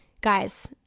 Guys